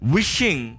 Wishing